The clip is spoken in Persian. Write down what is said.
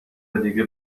دیگه